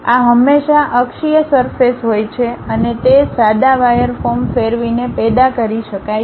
આ હંમેશા અક્ષીય સરફેસ હોય છે અને તે સાદા વાયર ફોર્મ ફેરવીને પેદા કરી શકાય છે